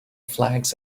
flags